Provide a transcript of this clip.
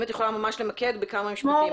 אם את יכולה ממש למקד בכמה משפטים,